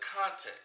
context